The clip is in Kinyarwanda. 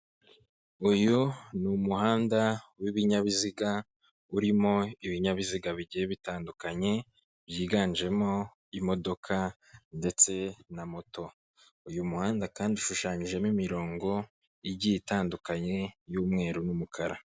Uyu n'umuhanda w'ibinyabiziga urimo ibinyabiziga bigenda bitandukanye, byiganjemo imodoka ndetse na moto uyu muhanda kandi ushushanyijemo imirongo igiye itandukanye y'.umweru n'umukara.